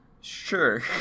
sure